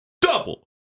Double